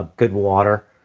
ah good water.